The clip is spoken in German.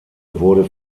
wurde